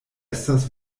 estas